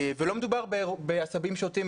ולא מדובר בעשבים שוטים,